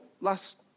last